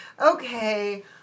okay